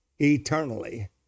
eternally